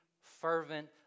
fervent